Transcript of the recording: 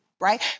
right